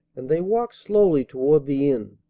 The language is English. and they walked slowly toward the inn,